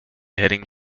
heading